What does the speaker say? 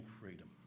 freedom